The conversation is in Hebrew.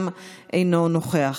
גם אינו נוכח.